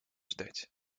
ждать